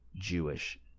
Jewish